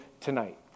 tonight